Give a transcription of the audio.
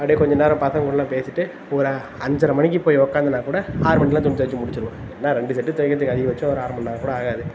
அப்படியே கொஞ்ச நேரம் பசங்கள் கூடெல்லாம் பேசிவிட்டு ஒரு அஞ்சரை மணிக்கு போய் உட்கார்ந்தனா கூட ஆறு மணிக்கெல்லாம் துணி துவைச்சி முடிச்சுருவேன் என்னா ரெண்டு செட்டு துவைக்கிறத்துக்கு அதிகபட்சம் ஒரு அரை மணி நேரம் கூட ஆகாது